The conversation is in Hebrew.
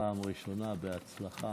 פעם ראשונה, בהצלחה.